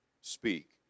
Speak